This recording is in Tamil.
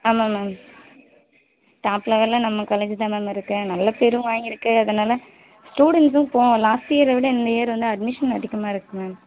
ஆமாம் மேம் டாப் லெவலில் நம்ம காலேஜி தான் மேம் இருக்கு நல்ல பேரும் வாங்கிருக்கு அதனால் ஸ்டூடென்ட்ஸும் இப்போ லாஸ்ட் இயர்ரை விட இந்த இயர் வந்து அட்மிஷன் அதிகமாக இருக்கு மேம்